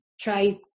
try